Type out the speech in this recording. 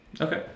okay